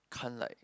can't like